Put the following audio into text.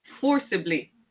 forcibly